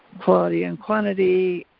quality and quantity,